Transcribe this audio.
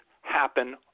happen